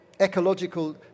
ecological